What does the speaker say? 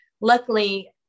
luckily